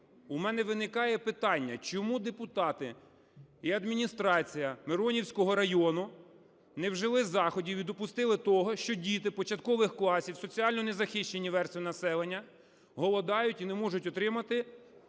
У мене виникає питання, чому депутати і адміністрація Миронівського району не вжили заходів і допустили того, що діти початкових класів, соціально незахищені верстви населення, голодують і не можуть отримати